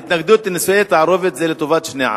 ההתנגדות לנישואי תערובת זה לטובת שני העמים.